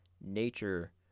nature